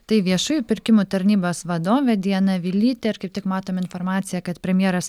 tai viešųjų pirkimų tarnybos vadovė diana vilytė ir kaip tik matom informaciją kad premjeras